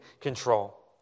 control